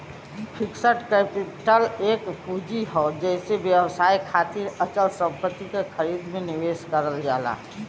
fixed capital एक पूंजी हौ जेसे व्यवसाय खातिर अचल संपत्ति क खरीद में निवेश करल जाला